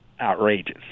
outrageous